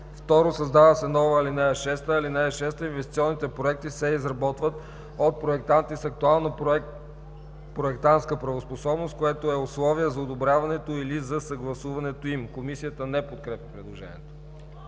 2. Създава се нова ал. 6: „(6) Инвестиционните проекти се изработват от проектанти с актуална проектантска правоспособност, което е условие за одобряването или за съгласуването им.“ Комисията не подкрепя предложението.